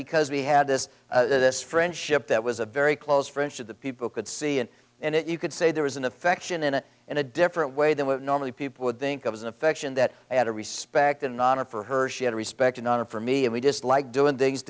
because we had this this friendship that was a very close friendship that people could see it and it you could say there was an affection in it in a different way than we normally people would think of as an affection that i had to respect and honor for her she had respect and honor for me and we dislike doing things